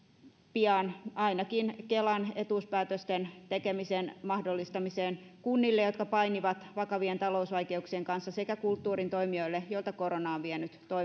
pian ainakin kelan etuuspäätösten tekemisen mahdollistamiseen kunnille jotka painivat vakavien talousvaikeuksien kanssa sekä kulttuurin toimijoille joilta korona on vienyt